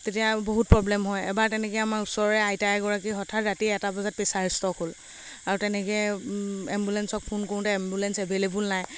তেতিয়া বহুত প্ৰব্লেম হয় এবাৰ তেনেকে আমাৰ ওচৰৰে আইতা এগৰাকীৰ হঠাৎ ৰাতি এটা বজাত হঠাৎ প্ৰেচাৰ ষ্ট্ৰক হ'ল আৰু তেনেকে এম্বুলেঞ্চক ফোন কৰোতে এম্বুলেঞ্চ এভেইলেবুল নাই